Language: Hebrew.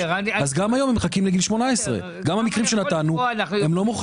אז גם היום הם מחכים לגיל 18. גם המקרים שנתנו הם לא מוכרים.